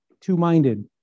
two-minded